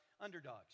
underdogs